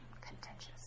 Contentious